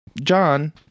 John